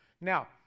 Now